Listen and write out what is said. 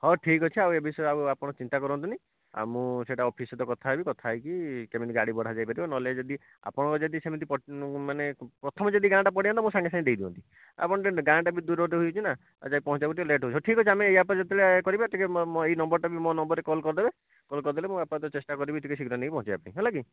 ହଉ ଠିକ୍ ଅଛି ଆଉ ଏ ବିଷୟରେ ଆଉ ଆପଣ ଚିନ୍ତା କରନ୍ତୁନି ଆଉ ମୁଁ ସେଟା ଅଫିସ୍ ସହିତ କଥାହେବି କଥା ହେଇକି କେମିତି ଗାଡ଼ି ଭଡ଼ା ଯାଇପାରିବ ନହେଲେ ଯଦି ଆପଣ ଯଦି ସେମିତି ମାନେ ପ୍ରଥମେ ଯଦି ଗାଁ'ଟା ପଡ଼ନ୍ତା ମୁଁ ସାଙ୍ଗେ ସାଙ୍ଗେ ଦେଇଦିଅନ୍ତି ଆପଣ ତ ଗାଁ'ଟା ବି ଦୂର ବାଟ ହେଇଛିନା ଆଉ ଯାଇକି ପହଁଞ୍ଚିବାକୁ ଟିକିଏ ଲେଟ୍ ହୁଏ ଠିକ୍ ଅଛି ଆମେ ୟା'ପରେ ଯେତେବେଳେ ଏ କରିବା ଟିକିଏ ମୋ ଏଇ ନମ୍ବର୍ ଟା ବି ମୋ ନମ୍ବର୍ ରେ କଲ୍ କରିଦେବେ କଲ୍ କରିଦେଲେ ମୁଁ ଆପାତ ଚେଷ୍ଟା କରିବି ଟିକିଏ ଶୀଘ୍ର ନେଇ ପହଁଞ୍ଚେଇବା ପାଇଁ ହେଲାକି